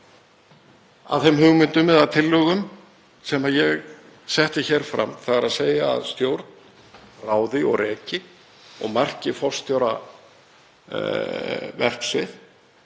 að þeim hugmyndum eða tillögum sem ég setti hér fram, þ.e. að stjórn ráði og reki og marki forstjóra verksvið,